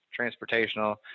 transportational